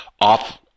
off